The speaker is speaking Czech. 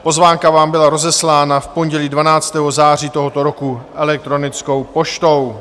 Pozvánka vám byla rozeslána v pondělí 12. září tohoto roku elektronickou poštou.